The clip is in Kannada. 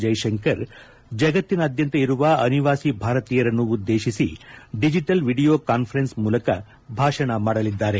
ಜೈಶಂಕರ್ ಜಗತ್ತಿನಾದ್ಯಂತ ಇರುವ ಅನಿವಾಸಿ ಭಾರತೀಯರನ್ನು ಉದ್ದೇಶಿಸಿ ಡಿಜಿಟಲ್ ವಿಡಿಯೋ ಕಾನ್ಸರೆನ್ಸ್ ಮೂಲಕ ಭಾಷಣ ಮಾಡಲಿದ್ದಾರೆ